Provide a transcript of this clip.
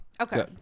Okay